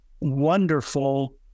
wonderful